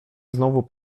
znowu